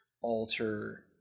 alter